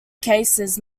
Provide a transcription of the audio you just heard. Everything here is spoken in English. cases